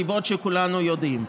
מסיבות שכולנו יודעים,